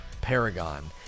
Paragon